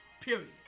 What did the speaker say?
period